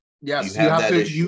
Yes